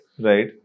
Right